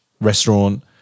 restaurant